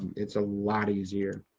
it's a lot easier.